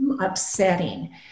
upsetting